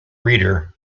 reader